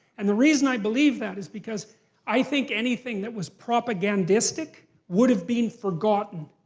and the reason i believe that is because i think anything that was propagandistic would have been forgotten.